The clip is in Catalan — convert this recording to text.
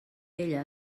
ella